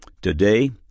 Today